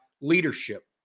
leadership